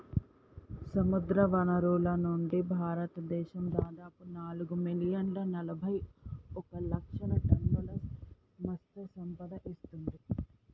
సముద్రవనరుల నుండి, భారతదేశం దాదాపు నాలుగు మిలియన్ల నలబైఒక లక్షల టన్నుల మత్ససంపద ఇస్తుంది